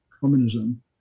communism